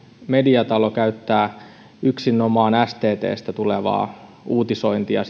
mediatalo käyttää ulkomaan uutisissa yksinomaan sttstä sttstä tulevaa uutisointia